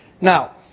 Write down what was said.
Now